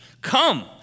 Come